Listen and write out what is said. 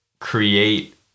create